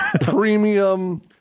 Premium